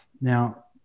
Now